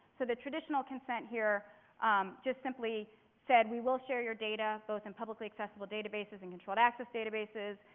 so the traditional consent here just simply said, we will share your data both in publicly accessible databases and controlled access databases.